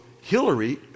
Hillary